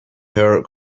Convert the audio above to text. her